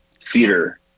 theater